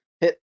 hit